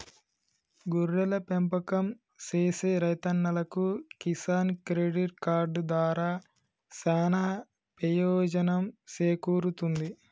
గొర్రెల పెంపకం సేసే రైతన్నలకు కిసాన్ క్రెడిట్ కార్డు దారా సానా పెయోజనం సేకూరుతుంది